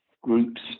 groups